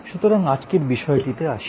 সুতরাং আজকের বিষয়টিকে আসি